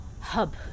hub